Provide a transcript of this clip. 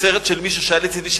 הן סרט של מישהו שהיה לצדי,